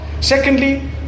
Secondly